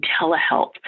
telehealth